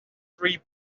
three